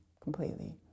completely